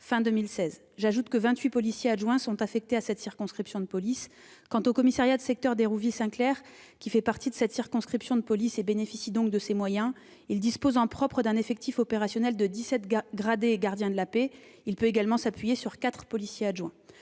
de 2016. J'ajoute que 28 policiers adjoints sont affectés à cette circonscription de police. Quant au commissariat de secteur d'Hérouville-Saint-Clair, qui fait partie de cette dernière et qui bénéficie donc de ses moyens, il dispose en propre d'un effectif opérationnel de 17 gradés et gardiens de la paix ; il peut également s'appuyer sur 4 policiers adjoints.